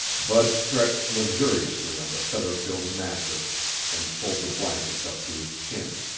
bud stretched luxuriously on the feather-filled mattress and pulled the blankets up to his chin.